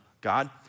God